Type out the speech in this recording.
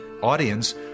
audience